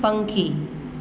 પંખી